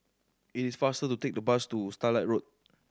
it is faster to take the bus to Starlight Road